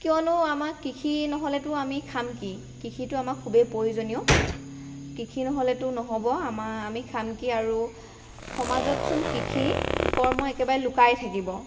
কিয়নো আমাক কৃষি নহ'লেটো নহ'বতো আমি খাম কি কৃষিটো আমাৰ খুবেই প্ৰয়োজনীয় আৰু কৃষি নহ'লেটো নহ'ব আমাৰ আমি খাম কি আৰু সমাজতচোন কৃষি কৰ্ম একেবাৰে লুকাই থাকিব